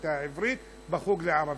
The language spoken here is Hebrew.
באוניברסיטה העברית בחוג לערבית.